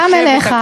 גם אליך.